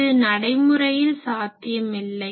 இது நடைமுறையில் சாத்தியம் இல்லை